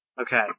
Okay